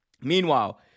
Meanwhile